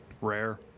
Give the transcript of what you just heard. Rare